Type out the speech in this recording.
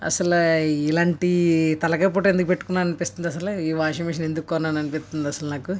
అసలు ఇలాంటి తలకాయ పోటు ఎందుకు పెట్టుకున్నాను అనిపిస్తుంది అసలు ఈ వాషింగ్ మెషిన్ ఎందుకు కొన్నాను అనిపిస్తుంది అసలు నాకు